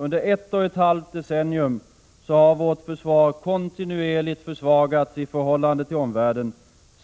Under ett och ett halvt decennium har vårt försvar kontinuerligt försvagats i förhållande till omvärlden,